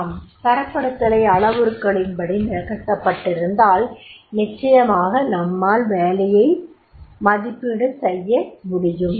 ஆம் தரப்படுத்தலை அளவுருக்களின்படி நிகழ்த்தப்பட்டிருந்தால் நிச்சயமாக நம்மால் வேலையை மதிப்பீடு செய்ய முடியும்